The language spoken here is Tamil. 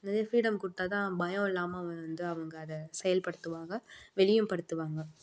நிறைய ஃப்ரீடம் கொடுத்தா தான் பயம் இல்லாமல் வந்து அவங்க அதை செயல்படுத்துவாங்க வெளியும்படுத்துவாங்க